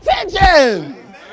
attention